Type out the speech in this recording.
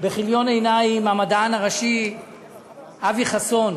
בכיליון עיניים המדען הראשי אבי חסון,